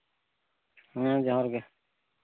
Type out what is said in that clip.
ᱦᱮᱸ ᱡᱚᱦᱟᱨ ᱜᱮ